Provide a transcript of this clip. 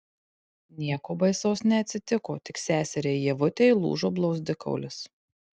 nieko baisaus neatsitiko tik seseriai ievutei lūžo blauzdikaulis